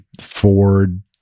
Ford